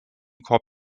korb